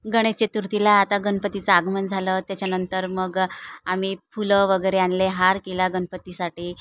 गणेश चतुर्थीला आता गणपतीचं आगमन झालं त्याच्यानंतर मग आम्ही फुलं वगैरे आणले हार केला गणपतीसाठी